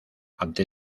ante